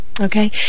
Okay